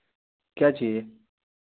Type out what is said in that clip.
क्या चाहिए